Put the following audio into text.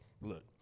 look